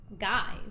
guys